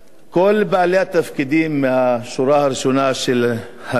כל בעלי התפקידים מהשורה הראשונה של המדינה,